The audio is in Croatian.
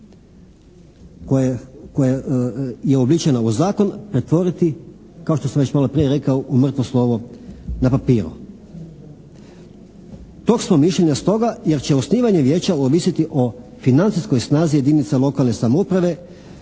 se ne razumije./… u zakon pretvoriti kao što sam već malo prije rekao u mrtvo slovo na papiru. Tog smo mišljenja stoga jer će osnivanje vijeća ovisiti o financijskoj snazi jedinica lokalne samouprave